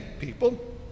people